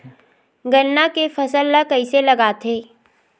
गन्ना के फसल ल कइसे लगाथे?